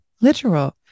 Literal